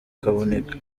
kaboneka